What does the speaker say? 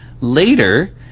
Later